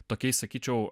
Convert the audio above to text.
tokiais sakyčiau